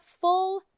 full